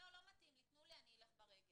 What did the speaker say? לא מתאים לי תנו לי ללכת ברגל.